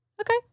Okay